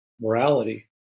morality